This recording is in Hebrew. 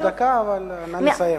דקה, אבל נא לסיים.